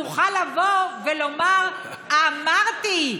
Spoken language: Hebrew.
תוכל לבוא ולומר: אמרתי,